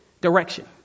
direction